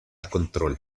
control